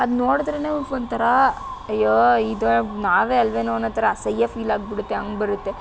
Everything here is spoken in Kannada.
ಅದು ನೊಡಿದ್ರೆ ಫ್ ಒಂಥರಾ ಅಯ್ಯೋ ಇದು ನಾವೇ ಅಲ್ಲವೇನೋ ಅನ್ನೋ ಥರ ಅಸಹ್ಯ ಫೀಲಾಗ್ಬಿಡುತ್ತೆ ಹಾಗೆ ಬರುತ್ತೆ